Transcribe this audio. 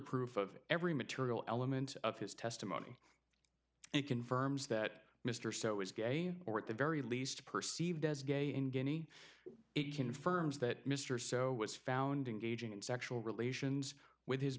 proof of every material elements of his testimony it confirms that mr so is gay or at the very least perceived as gay in guinea it confirms that mr so was found in gauging in sexual relations with his